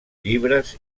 llibres